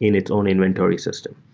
in its own inventory system.